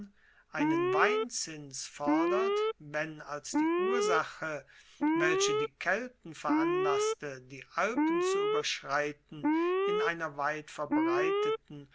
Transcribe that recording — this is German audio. einen weinzins fordert wenn als die ursache welche die kelten veranlasste die alpen zu ueberschreiten in einer weit verbreiteten